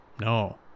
No